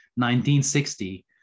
1960